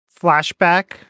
flashback